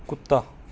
ਕੁੱਤਾ